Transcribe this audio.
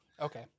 okay